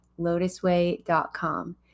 lotusway.com